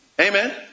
Amen